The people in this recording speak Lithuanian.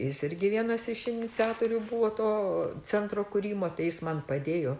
jis irgi vienas iš iniciatorių buvo to centro kūrimo tai jis man padėjo